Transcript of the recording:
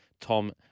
Tom